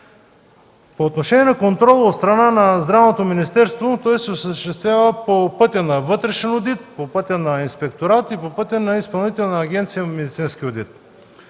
По отношение на контрола от страна на Здравното министерство – той се осъществява по пътя на вътрешен одит, по пътя на Инспекторат и по пътя на Изпълнителна агенция „Медицински одит”.